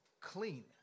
clean